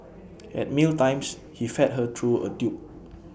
at meal times he fed her through A tube